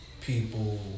People